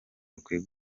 bakwiye